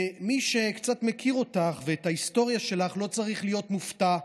ומי שקצת מכיר אותך ואת ההיסטוריה שלך לא צריך להיות מופתע בכלל,